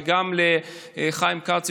וגם לחיים כץ,